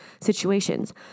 situations